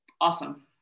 awesome